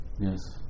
Yes